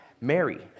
Mary